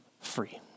free